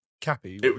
Cappy